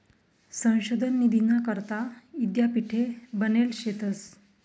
संशोधन निधीना करता यीद्यापीठे बनेल शेतंस